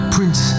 Prince